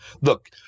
Look